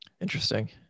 Interesting